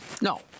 No